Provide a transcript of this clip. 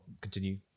continue